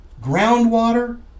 groundwater